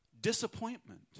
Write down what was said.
disappointment